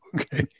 Okay